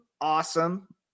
awesome